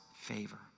favor